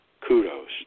kudos